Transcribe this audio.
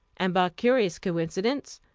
and, by curious coincidence,